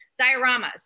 dioramas